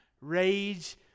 rage